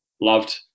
loved